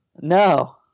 no